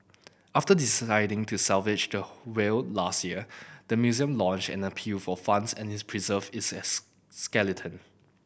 after deciding to salvage the whale last year the museum launch an appeal for funds and it preserve its is skeleton